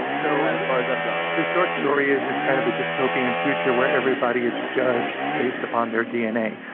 so about as far as i've gone. the short story is it's kind of a dystopian future, where everybody is judged based upon their dna.